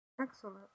Excellent